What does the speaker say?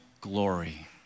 glory